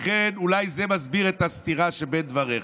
לכן, אולי זה מסביר את הסתירה שבדבריך.